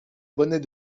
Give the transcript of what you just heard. bonnet